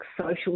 social